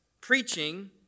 Preaching